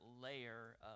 layer